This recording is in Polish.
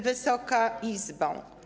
Wysoka Izbo!